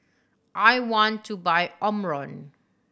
I want to buy Omron